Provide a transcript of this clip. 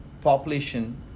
population